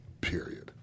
period